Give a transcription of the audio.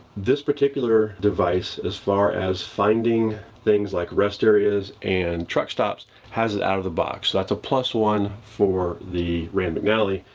this particular device, as far as finding things like rest areas and truck stops has it out of the box. that's a plus one for the rand mcnally.